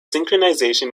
synchronization